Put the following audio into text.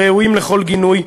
ראויים לכל גינוי,